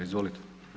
Izvolite.